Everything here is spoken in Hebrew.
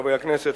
חברי הכנסת,